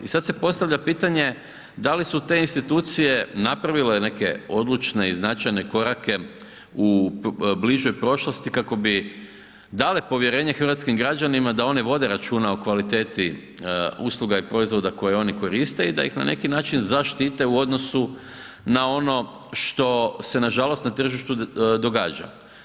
I sad se postavlja pitanje da li su te institucije napravile neke odlučne i značajne korake u bližoj prošlosti kako bi dale povjerenje hrvatskim građanima da one vode računa o kvaliteti usluga i proizvoda koji oni koriste i da ih na neki način zaštite u odnosu na ono što se nažalost na tržištu događa.